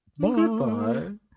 goodbye